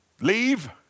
leave